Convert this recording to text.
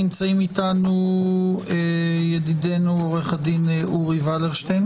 נמצא איתנו ידידנו עורך הדין אורי ולרשטיין